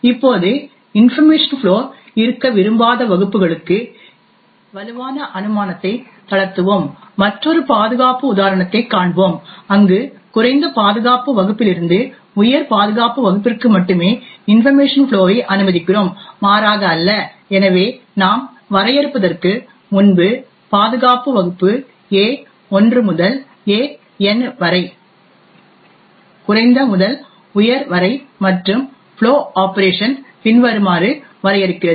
இப்போது information flow இருக்க விரும்பாத வகுப்புகளுக்கு இடையில் இந்த வலுவான அனுமானத்தைத் தளர்த்துவோம் மற்றொரு பாதுகாப்பு உதாரணத்தைக் காண்போம் அங்கு குறைந்த பாதுகாப்பு வகுப்பிலிருந்து உயர் பாதுகாப்பு வகுப்பிற்கு மட்டுமே இன்பர்மேஷன் ஃப்ளோ ஐ அனுமதிக்கிறோம் மாறாக அல்ல எனவே நாம் வரையறுப்பதற்கு முன்பு பாதுகாப்பு வகுப்பு A1 முதல் AN வரை குறைந்த முதல் உயர் வரை மற்றும் ஃப்ளோ ஆபரேஷன் பின்வருமாறு வரையறுக்கிறது